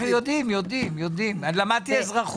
התקצוב השנתי